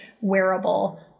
wearable